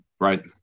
Right